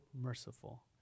merciful